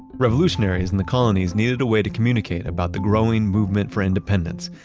revolutionaries and the colonies needed a way to communicate about the growing movement for independence,